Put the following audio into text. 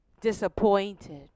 disappointed